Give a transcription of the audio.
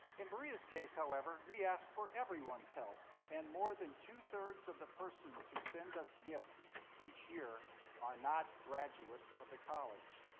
in berea's case however, we ask for everyone's help. and more than two-thirds of the persons who send us gifts each year are not graduates of the college.